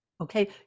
okay